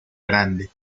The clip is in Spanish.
grande